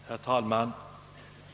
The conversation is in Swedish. Herr talman!